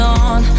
on